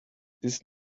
this